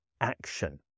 action